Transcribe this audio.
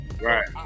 Right